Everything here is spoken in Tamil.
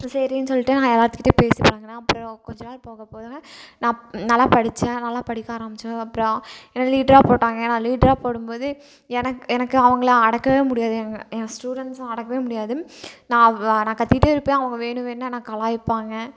சரின் சொல்லிட்டு நான் எல்லாத்துக்கிட்டேயும் பேசி பழகினேன் அப்றம் கொஞ்சம் நாள் போக போக நான் நல்லா படித்தேன் நல்லா படிக்க ஆரமிச்சத்துக்கப்றம் என்னை லீடராக போட்டாங்க என்னை லீடராக போடும்போது எனக்கு எனக்கு அவங்கள அடக்கவே முடியாது எங்கள் என் ஸ்டூடெண்ட்ஸை அடக்கவே முடியாது நான் வா நான் கத்திகிட்டே இருப்பேன் அவங்க வேணு வேணுன்னு என்னை கலாய்ப்பாங்க